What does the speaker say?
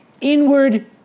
inward